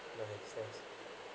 that makes sense